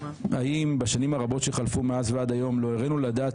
האם בשנים הרבות שחלפו מאז ועד היום לא העלינו על הדעת